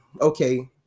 okay